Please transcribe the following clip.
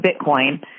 Bitcoin